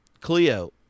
Cleo